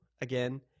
again